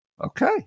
Okay